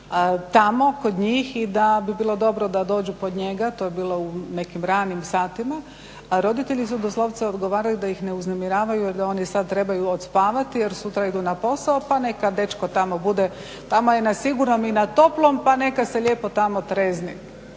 tamo kod njih i da bi bilo dobro da dođu po njega. To je bilo u nekim ranim satima, a roditelji su doslovce odgovarali da ih ne uznemiravaju jer da oni sad trebaju odspavati jer sutra idu na posao pa neka dečko tamo bude, tamo je na sigurnom i na toplom pa neka se lijepo tamo trijezni.